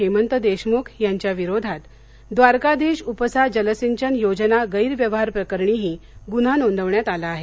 हेमंत देशमुख यांच्या विरोधात द्वारकाधीश उपसा जलसिंचन योजना गेरव्यवहारप्रकरणीही हा गुन्हा नोंदवण्यात आला आहे